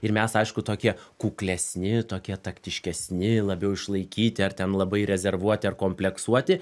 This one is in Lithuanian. ir mes aišku tokie kuklesni tokie taktiškesni labiau išlaikyti ar ten labai rezervuoti ar kompleksuoti